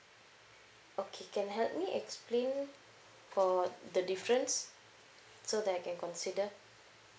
okay can help me explain for the difference so that I can consider